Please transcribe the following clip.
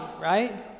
right